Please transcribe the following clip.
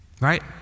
Right